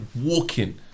walking